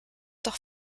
doch